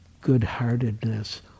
good-heartedness